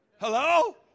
Hello